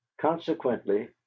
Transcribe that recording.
consequently